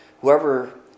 Whoever